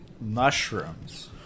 mushrooms